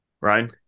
Ryan